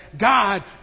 God